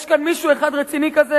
יש כאן מישהו אחד רציני כזה?